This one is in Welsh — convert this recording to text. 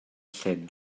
llyn